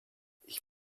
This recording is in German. ich